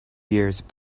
years